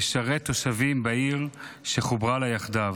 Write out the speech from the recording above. לשרת תושבים בעיר שחוברה לה יחדיו.